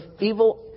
evil